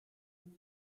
von